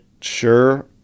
sure